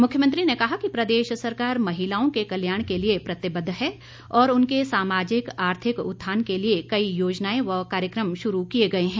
मुख्यमंत्री ने कहा कि प्रदेश सरकार महिलाओं के कल्याण के लिए प्रतिबद्व है और उनके सामाजिक आर्थिक उत्थान के लिए कई योजनाएं व कार्यक्रम शुरू किए गए हैं